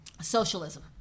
socialism